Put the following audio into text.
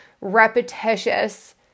repetitious